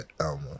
Alma